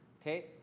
okay